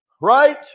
Right